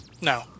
No